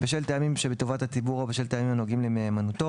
בשל טעמים שבטובת הציבור או בשל טעמים הנוגעים למהימנותו,